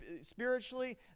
spiritually